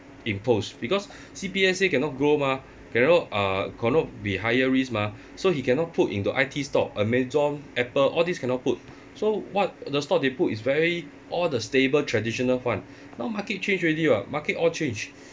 imposed because C_P_F say cannot grow mah cannot uh cannot be higher risk mah so it cannot put into I_T stock Amazon Apple all these cannot put so what the stock they put is very all the stable traditional [one] now market change already [what] market all change